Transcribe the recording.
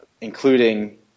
including